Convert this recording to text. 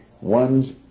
ones